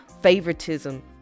favoritism